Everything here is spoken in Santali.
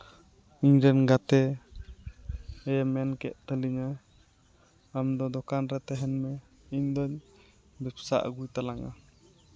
ᱤᱧ ᱨᱮᱱ ᱜᱟᱛᱮ ᱮᱭ ᱢᱮᱱ ᱠᱮᱫ ᱛᱟᱹᱞᱤᱧᱟ ᱟᱢ ᱫᱚ ᱫᱚᱠᱟᱱ ᱨᱮ ᱛᱟᱦᱮᱱ ᱢᱮ ᱤᱧᱫᱚᱧ ᱵᱮᱵᱥᱟ ᱟᱜᱩᱭ ᱛᱟᱞᱟᱝᱼᱟ